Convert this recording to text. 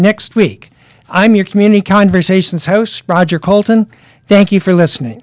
next week i'm your community conversations host roger coulton thank you for listening